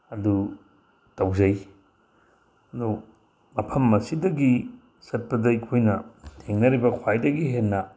ꯑꯗꯨ ꯇꯧꯖꯩ ꯃꯐꯝ ꯑꯁꯤꯗꯒꯤ ꯆꯠꯄꯗ ꯑꯩꯈꯣꯏ ꯊꯦꯡꯅꯔꯤꯕ ꯈ꯭ꯋꯥꯏꯗꯒꯤ ꯍꯦꯟꯅ